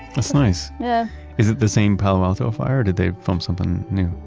that's nice yeah is it the same palo alto fire, or did they film something new?